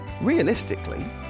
realistically